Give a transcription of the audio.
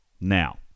Now